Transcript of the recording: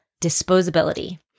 disposability